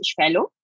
Fellow